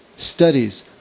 studies